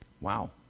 wow